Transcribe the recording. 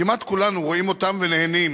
כמעט כולנו רואים אותם ונהנים